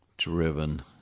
driven